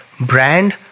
brand